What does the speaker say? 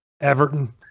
Everton